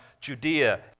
Judea